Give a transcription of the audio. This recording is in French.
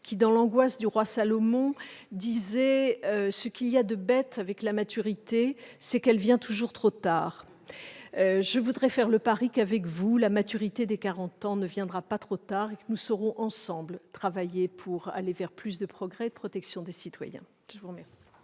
Dans, Romain Gary écrivait :« Ce qu'il y a de bête avec la maturité, c'est qu'elle vient toujours trop tard. » Je voudrais faire le pari qu'avec vous, la maturité des quarante ans ne viendra pas trop tard et que nous saurons ensemble travailler pour aller vers plus de progrès et de protection des citoyens ! La discussion